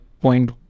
point